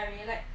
okay